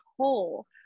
whole